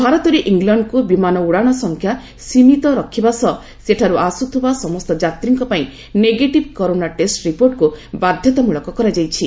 ଭାରତରୁ ଇଂଲଣ୍ଡକୁ ବିମାନ ଉଡ଼ାଣ ସଂଖ୍ୟା ସୀମିତ ରଖିବା ସହ ସେଠାରୁ ଆସୁଥିବା ସମସ୍ତ ଯାତ୍ରୀଙ୍କ ପାଇଁ ନେଗେଟିଭ୍ କରୋନା ଟେଷ୍ଟ ରିପୋର୍ଟକୁ ବାଧ୍ୟତାମ୍ବଳକ କରାଯାଇଛି